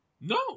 No